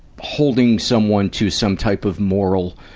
holding someone to some type of moral,